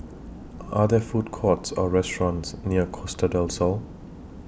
Are There Food Courts Or restaurants near Costa Del Sol